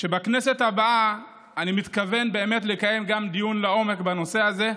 ובכנסת הבאה אני מתכוון באמת לקיים גם דיון לעומק בנושא הזה,